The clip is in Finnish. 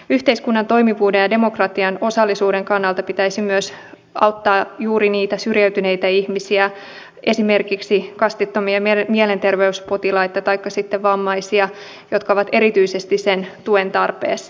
yhteiskunnan toimivuuden ja demokratian osallisuuden kannalta pitäisi myös auttaa juuri niitä syrjäytyneitä ihmisiä esimerkiksi kastittomia mielenterveyspotilaita taikka sitten vammaisia jotka ovat erityisesti sen tuen tarpeessa